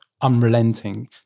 unrelenting